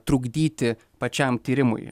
trukdyti pačiam tyrimui